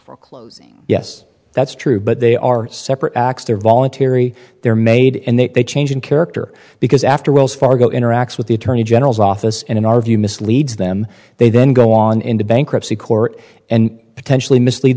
paper closing yes that's true but they are separate they're voluntary they're made and they change in character because after wells fargo interacts with the attorney general's office and in our view misleads them they then go on into bankruptcy court and potentially mislead